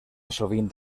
sovint